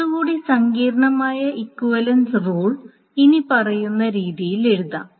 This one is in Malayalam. കുറച്ചുകൂടി സങ്കീർണ്ണമായ ഇക്വിവലൻസ് റൂൾ ഇനിപ്പറയുന്ന രീതിയിൽ എഴുതാം